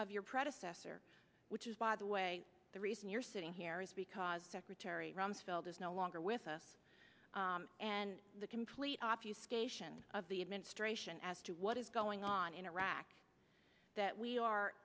of your predecessor which is by the way the reason you're sitting here is because secretary rumsfeld is no longer with us and the complete op use cation of the administration as to what is going on in iraq that we are